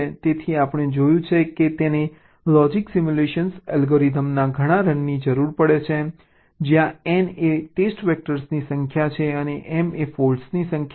તેથી આપણે જોયું છે કે તેને લોજિક સિમ્યુલેશન અલ્ગોરિધમના ઘણા રનની જરૂર છે જ્યાં n એ ટેસ્ટ વેક્ટરની સંખ્યા છે અને m એ ફોલ્ટની સંખ્યા છે